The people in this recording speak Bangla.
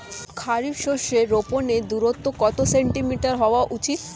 খারিফ শস্য রোপনের দূরত্ব কত সেন্টিমিটার হওয়া উচিৎ?